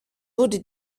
wurde